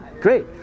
Great